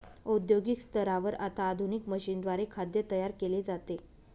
औद्योगिक स्तरावर आता आधुनिक मशीनद्वारे खाद्य तयार केले जाते